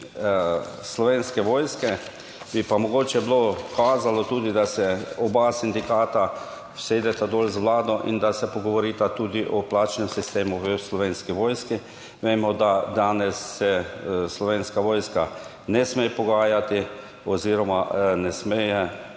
Slovenske vojske, bi pa mogoče bilo kazalo tudi, da se oba sindikata usedeta dol z Vlado in da se pogovorita tudi o plačnem sistemu v Slovenski vojski. Vemo, da danes se Slovenska vojska ne sme pogajati oziroma ne sme